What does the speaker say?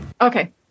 okay